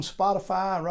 Spotify